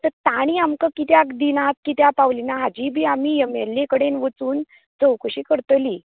आतां तांणी आमकां कित्याक दिनात कित्या पावलें ना हांजी बी आमा एम एल ए कडेन वचून चौकशीं करतलीं